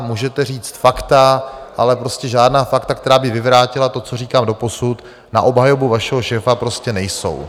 Můžete říct fakta, ale prostě žádná fakta, která by vyvrátila to, co říkám doposud, na obhajobu vašeho šéfa, prostě nejsou.